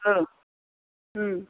औ